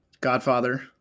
godfather